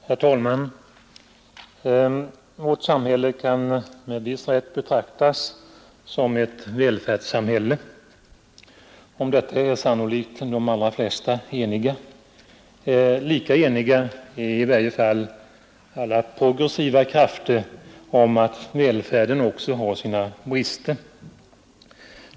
Herr talman! Vårt samhälle kan med viss rätt betraktas som ett välfärdssamhälle. Om detta är sannolikt de allra flesta eniga. Lika eniga är i varje fall alla progressiva krafter om att välfärden också har sina brister.